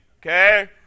okay